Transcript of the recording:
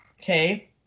Okay